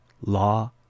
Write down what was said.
law